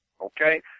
okay